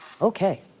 Okay